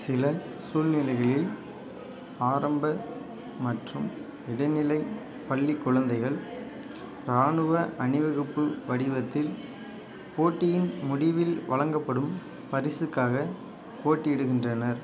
சில சூழ்நிலைகளில் ஆரம்ப மற்றும் இடைநிலைப் பள்ளிக் குழந்தைகள் இராணுவ அணிவகுப்பு வடிவத்தில் போட்டியின் முடிவில் வழங்கப்படும் பரிசுக்காகப் போட்டியிடுகின்றனர்